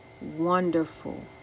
wonderful